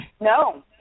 No